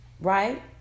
Right